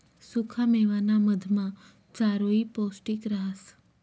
सुखा मेवाना मधमा चारोयी पौष्टिक रहास